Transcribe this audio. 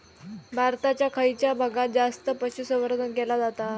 भारताच्या खयच्या भागात जास्त पशुसंवर्धन केला जाता?